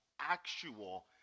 actual